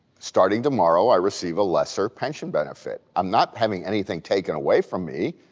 starting tomorrow, i receive a lesser pension benefit. i'm not having anything taken away from me.